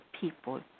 people